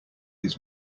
his